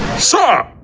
sir!